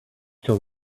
till